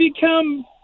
become